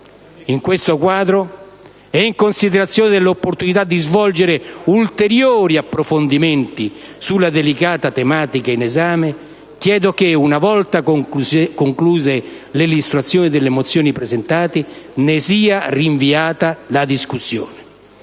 In questo quadro ed in considerazione dell'opportunità di svolgere ulteriori approfondimenti sulla delicata tematica in esame, chiedo che, una volta conclusa la fase di illustrazione delle mozioni presentate, ne sia rinviata la discussione.